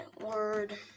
word